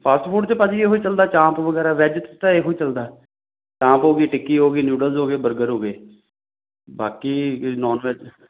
fast food 'ਚ ਭਾਅ ਜੀ ਉਹੀ ਚਲਦਾ ਚਾਂਪ ਵਗੈਰਾ ਵੈੱਜ 'ਚ ਤਾਂ ਇਹੋ ਚੱਲਦਾ ਚਾਂਪ ਹੋਗੀ ਟਿੱਕੀ ਹੋ ਗਈ ਨਿਊਡਲਸ ਹੋ ਗਏ ਬਰਗਰ ਹੋ ਗਏ ਬਾਕੀ ਨੋਨ ਵੈੱਜ